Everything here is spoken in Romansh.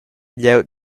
glieud